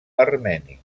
armeni